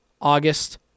August